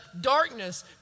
darkness